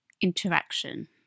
interaction